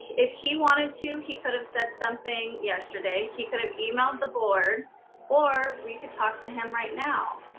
if he wanted to, he could have said something yesterday. he could have emailed the board or we could talk to him right now.